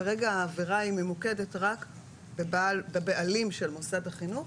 כרגע העבירה ממוקדת רק בבעלים של מוסד החינוך,